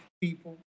people